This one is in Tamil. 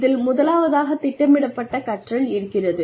இதில் முதலாவதாக திட்டமிடப்பட்ட கற்றல் இருக்கிறது